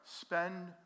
Spend